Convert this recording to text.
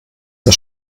der